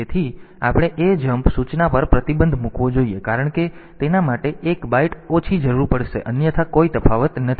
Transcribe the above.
તેથી આપણે ajmp સૂચના પર પ્રતિબંધ મૂકવો જોઈએ કારણ કે તેના માટે એક બાઈટ ઓછી જરૂર પડશે અન્યથા કોઈ તફાવત નથી